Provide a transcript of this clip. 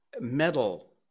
metal